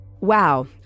Wow